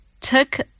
took